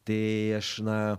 tai aš na